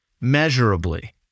measurably